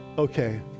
Okay